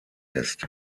ist